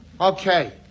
Okay